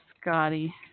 Scotty